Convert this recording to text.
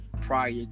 prior